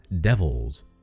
devils